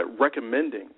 recommending